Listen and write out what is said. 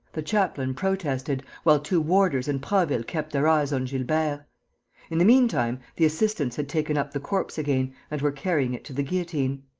the chaplain protested, while two warders and prasville kept their eyes on gilbert. in the meantime, the assistants had taken up the corpse again and were carrying it to the guillotine.